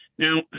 Now